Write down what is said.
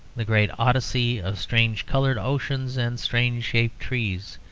the great odyssey of strange-coloured oceans and strange-shaped trees,